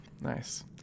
Nice